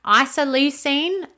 isoleucine